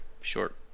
short